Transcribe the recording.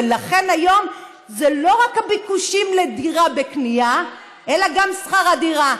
ולכן היום זה לא רק הביקושים לדירה בקנייה אלא גם שכר הדירה.